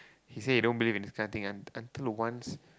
he say he don't believe in this kind of thing until once